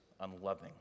unloving